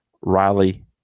Riley